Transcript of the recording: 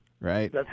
right